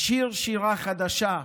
אשיר שירה חדשה,